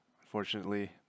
unfortunately